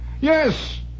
Yes